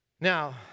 Now